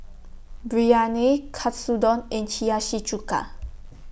Biryani Katsudon and Hiyashi Chuka